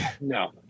No